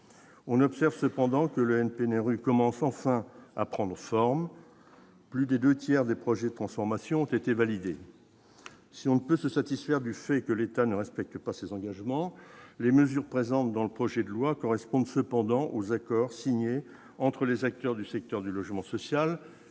on observe cependant que le NPNRU commence enfin à prendre forme, plus des 2 tiers des projets de transformation ont été validés si on ne peut se satisfaire du fait que l'État ne respecte pas ses engagements, les mesures présente dans le projet de loi correspondent cependant aux accords signés entre les acteurs du secteur du logement social et le gouvernement aussi,